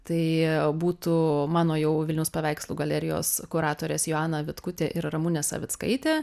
tai būtų mano jau vilniaus paveikslų galerijos kuratorės joaną vitkutė ir ramunė savickaitė